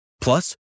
Plus